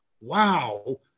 wow